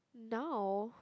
now